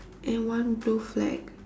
and one blue flag